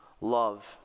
love